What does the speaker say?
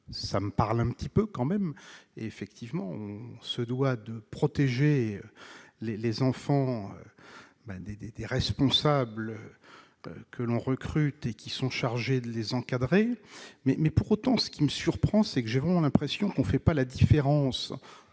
ça me parle un petit peu quand même, effectivement, on se doit de protéger les les enfants ben des, des, des responsables, que l'on recrute et qui sont chargés de les encadrer, mais pour autant, ce qui me surprend, c'est que j'ai vraiment l'impression qu'on ne fait pas la différence